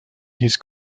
his